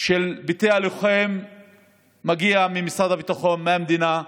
של בתי הלוחם מגיע ממשרד הביטחון, מהמדינה,